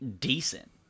decent